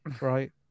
right